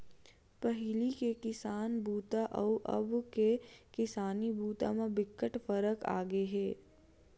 पहिली के किसानी बूता अउ अब के किसानी बूता म बिकट फरक आगे हे